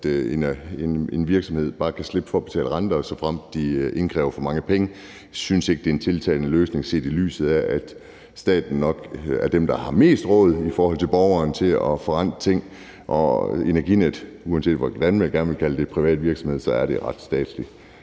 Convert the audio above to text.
en virksomhed bare kan slippe for at betale renter, såfremt de indkræver for mange penge. Jeg synes ikke, det er en tiltalende løsning, set i lyset af at staten nok er dem, der i forhold til borgerne har mest råd til at forrente tingene. Og Energinet, uanset hvor gerne man vil kalde det en privat virksomhed, er ret statsligt.